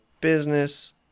business